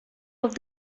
off